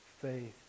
faith